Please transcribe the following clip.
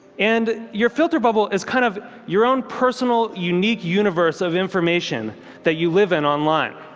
and your filter bubble is kind of your own personal unique universe of information that you live in online.